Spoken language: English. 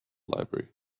library